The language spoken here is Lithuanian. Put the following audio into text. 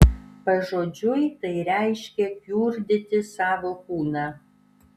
pažodžiui tai reiškia kiurdyti savo kūną